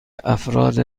افراد